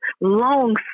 long